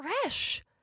fresh